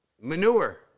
manure